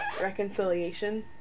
reconciliation